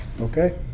Okay